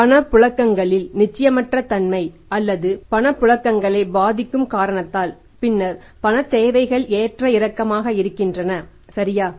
பணப்புழக்கங்களில் நிச்சயமற்ற தன்மை அல்லது பணப்புழக்கங்களை பாதிக்கும் காரணத்தால் பின்னர் பணத் தேவைகள் ஏற்ற இறக்கமாக இருக்கின்றன சரியா